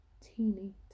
teeny